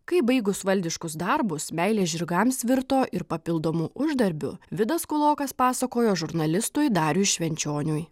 kaip baigus valdiškus darbus meilė žirgams virto ir papildomu uždarbiu vidas kūlokas pasakojo žurnalistui dariui švenčioniui